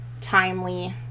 timely